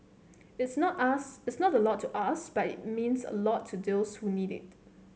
it's not us it's not a lot to us but it means a lot to those who need it